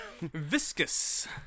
Viscous